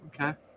Okay